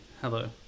Hello